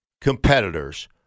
competitors